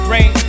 Rain